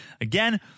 again